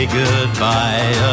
goodbye